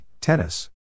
Tennis